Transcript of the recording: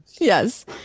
yes